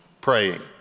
praying